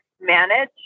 manage